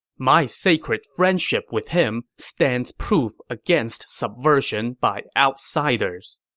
my sacred friendship with him stands proof against subversion by outsiders.